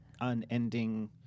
unending